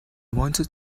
wanted